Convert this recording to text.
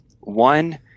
one